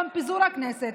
ביום פיזור הכנסת,